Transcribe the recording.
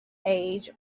age